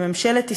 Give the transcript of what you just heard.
לממשלת ישראל,